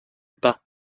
pas